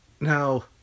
now